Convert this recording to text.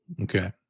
Okay